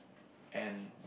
and